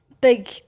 big